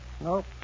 Nope